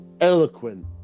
eloquent